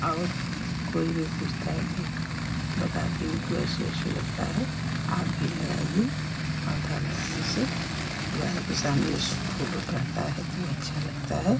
और कोई भी पूछता है तो बताती हूँ कि ऐसे ऐसे लगता है आप भी लगाइए पौधा लगाने से दुआरे के सामने ये सब फूल ऊल रहता है तो अच्छा लगता है